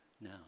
now